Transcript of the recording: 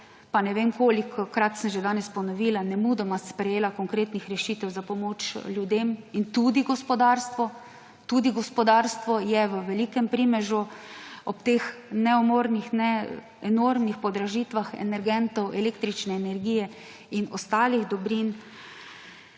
pa ne vem kolikokrat sem že danes ponovila – nemudoma sprejela konkretnih rešitev za pomoč ljudem in tudi gospodarstvu. Tudi gospodarstvo je v velikem primežu ob teh enormnih podražitvah energentov električne energije in ostalih dobrin.